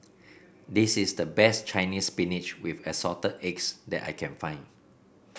this is the best Chinese Spinach with Assorted Eggs that I can find